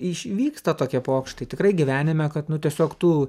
iš vyksta tokie pokštai tikrai gyvenime kad nu tiesiog tu